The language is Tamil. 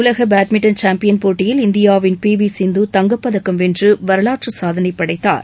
உலக பேட்மின்டன் சாம்பியன் போட்டியில் இந்தியாவின் பி வி சிந்து தங்கப்பதக்கம் வென்று வரலாற்றுச் சாதனை படைத்தார்